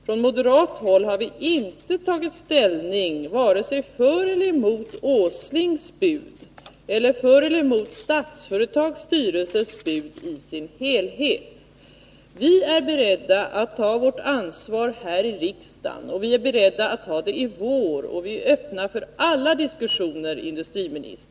Från moderat håll har vi inte tagit ställning, varken för eller emot herr Åslings bud eller för eller emot Statsföretags styrelses bud i dess helhet. Vi är beredda att ta vårt ansvar här i riksdagen. Vi är beredda att ta det i vår, och vi är, herr industriminister, öppna för alla diskussioner.